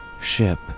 Ship